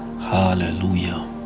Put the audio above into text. hallelujah